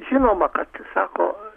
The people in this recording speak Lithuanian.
žinoma kad sako